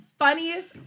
funniest